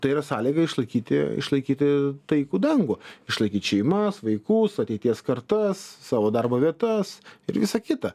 tai yra sąlyga išlaikyti išlaikyti taikų dangų išlaikyt šeimas vaikus ateities kartas savo darbo vietas ir visa kita